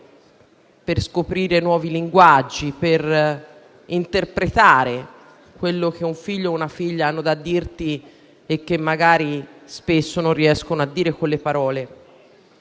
per scoprire nuovi linguaggi e per interpretare quello che un figlio o una figlia ha da dirti e che magari spesso non riesce a dire con le parole.